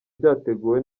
byateguwe